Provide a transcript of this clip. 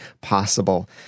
possible